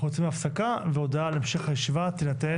אנחנו יוצאים להפסקה והודעה על המשך הישיבה תינתן.